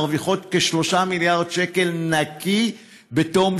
מרוויחות כ-3 מיליארד שקלים נקי בתום